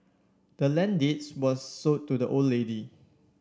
the land deeds was sold to the old lady